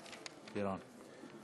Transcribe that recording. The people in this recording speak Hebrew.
בבקשה.